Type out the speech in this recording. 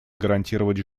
гарантировать